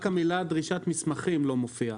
רק המילים "דרישת מסמכים" לא מופיעות.